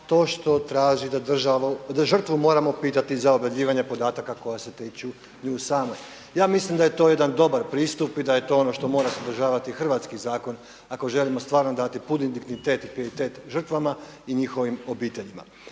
to što traži da žrtvu moramo pitati za obrađivanja koja se tiču nje same. Ja mislim da je to jedan dobar pristup i da je to ono što mora sadržavati hrvatski zakon ako želimo stvarno dati pun dignitet i pijetet žrtvama i njihovim obiteljima.